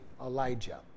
Elijah